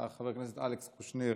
חבר הכנסת אלכס קושניר,